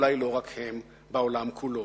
ואולי לא רק כלפיהם, בעולם כולו.